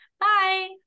bye